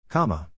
Comma